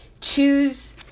choose